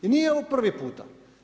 I nije ovo prvi puta.